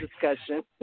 discussion